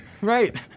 Right